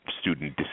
student